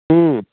ம்